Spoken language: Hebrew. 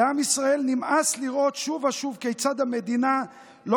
לעם ישראל נמאס לראות שוב ושוב כיצד המדינה לא